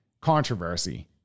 controversy